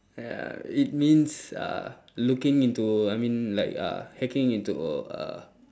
ya it means uh looking into I mean like uh hacking into uh